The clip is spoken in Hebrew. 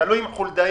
לא בקואליציה אתך.